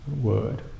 word